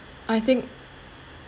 I think